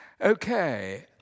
Okay